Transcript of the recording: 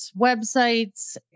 websites